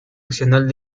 opcional